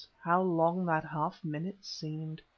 how long that half-minute seemed!